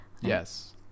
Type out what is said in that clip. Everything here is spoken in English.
yes